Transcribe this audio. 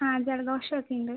ആ ജലദോഷം ഒക്കെ ഉണ്ട്